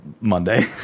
Monday